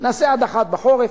נעשה עד 13:00 בחורף,